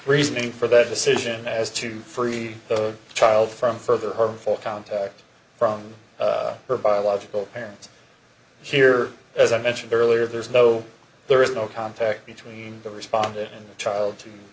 reason for that decision as to free the child from further harmful contact from her biological parents here as i mentioned earlier there's no there is no contact between the respondent child to